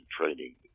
training